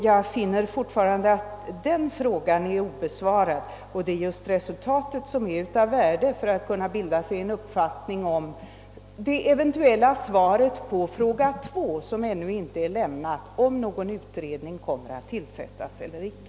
Jag konstaterar fortfarande att den frågan är obesvarad. Det är just resultatet som är av värde för att man skall kunna bilda sig en uppfattning om det eventuella svaret på fråga 2, som ännu inte är lämnat, om någon utredning kommer att tillsättas eller icke.